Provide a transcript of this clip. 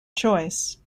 choice